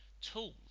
Tools